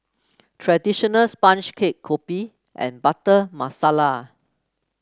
traditional sponge cake kopi and Butter Masala